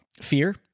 fear